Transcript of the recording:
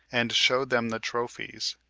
and showed them the trophies,